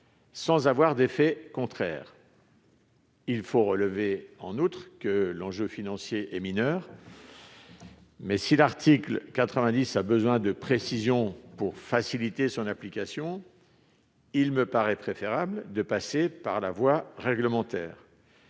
sans avoir d'effets contraires. Il faut relever, en outre, que l'enjeu financier est mineur. Toutefois, si l'article 90 nécessite des précisions pour faciliter son application, il me paraît préférable de passer par la voie réglementaire.